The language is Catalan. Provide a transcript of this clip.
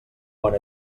bon